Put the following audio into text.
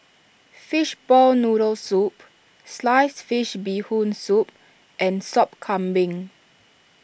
Fishball Noodle Soup Sliced Fish Bee Hoon Soup and Sop Kambing